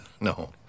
No